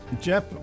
Jeff